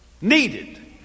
needed